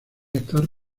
estar